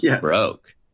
broke